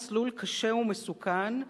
או מסלול קשה ומסוכן,